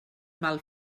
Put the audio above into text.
mal